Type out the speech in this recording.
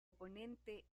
oponente